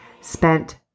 spent